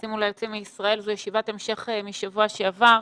לנכנסים וליוצאים מישראל ישיבת המשך מהשבוע שעבר.